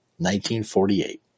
1948